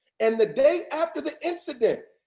and the day after the incident,